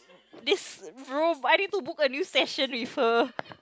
this room I need to book a new station with her